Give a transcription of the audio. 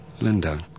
Linda